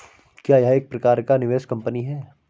क्या यह एक प्रकार की निवेश कंपनी है?